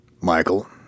Michael